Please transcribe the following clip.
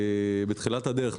בתחילת הדרך.